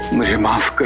mere mice